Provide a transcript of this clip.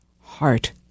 heart